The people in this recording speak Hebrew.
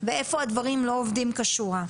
ואיפה הדברים לא עובדים כשורה.